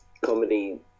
comedy